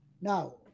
Now